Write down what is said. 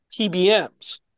TBMs